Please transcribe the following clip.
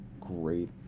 great